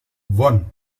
won